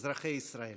אזרחי ישראל,